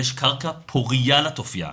יש קרקע פורייה לתופעה,